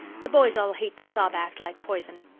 the boys all hate the sob act like poison.